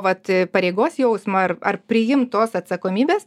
vat pareigos jausmo ar ar priimtos atsakomybės